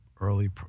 early